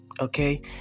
Okay